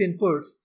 inputs